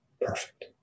Perfect